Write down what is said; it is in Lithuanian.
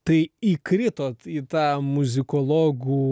tai įkritot į tą muzikologų